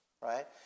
right